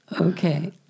Okay